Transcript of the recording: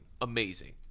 Amazing